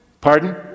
Pardon